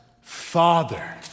father